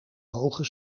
hoge